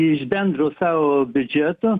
iš bendro savo biudžeto